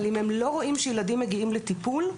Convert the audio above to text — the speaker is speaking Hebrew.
אבל אם הם לא רואים שילדים מגיעים לטיפול,